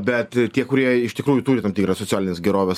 bet tie kurie iš tikrųjų turi tam tikrą socialinės gerovės